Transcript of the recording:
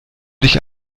dich